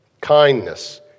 kindness